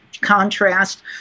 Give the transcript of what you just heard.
Contrast